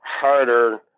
harder